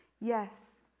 Yes